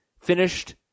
finished